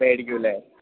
വേടിക്കും അല്ലേ